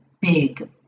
big